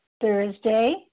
Thursday